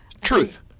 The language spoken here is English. Truth